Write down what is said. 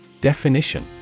Definition